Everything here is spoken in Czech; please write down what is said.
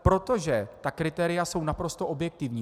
Protože ta kritéria jsou naprosto objektivní.